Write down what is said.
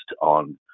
on